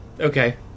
Okay